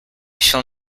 shall